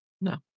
No